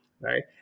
right